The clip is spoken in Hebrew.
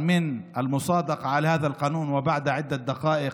כלומר החל מאישור החוק הזה בעוד כמה דקות,